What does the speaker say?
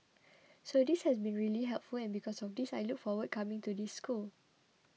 so this has been really helpful and because of this I look forward coming to this school